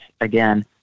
again